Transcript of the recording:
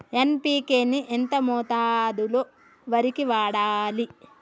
NPK ని ఎంత మోతాదులో వరికి వాడాలి?